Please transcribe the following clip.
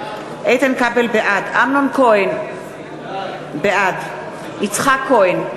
בעד אמנון כהן, בעד יצחק כהן,